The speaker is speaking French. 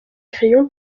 crayon